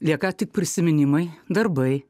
lieka tik prisiminimai darbai